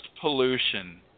pollution